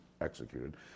executed